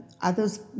others